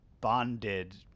bonded